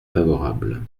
favorable